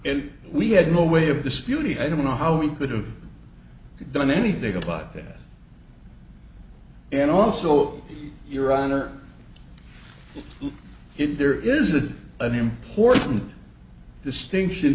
and we had no way of disputing i don't know how we could have done anything about that and also your honor if there is a an important distinction